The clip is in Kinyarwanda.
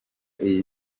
iyi